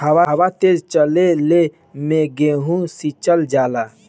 हवा तेज चलले मै गेहू सिचल जाला?